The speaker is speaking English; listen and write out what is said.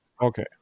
Okay